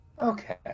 Okay